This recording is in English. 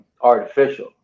Artificial